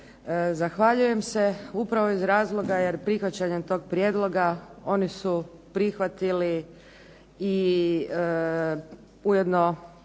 Zahvaljujem se upravo iz razloga jer prihvaćanjem tog prijedloga oni su prihvatili i ujedno